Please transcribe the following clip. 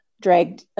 dragged